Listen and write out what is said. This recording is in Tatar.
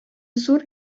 зур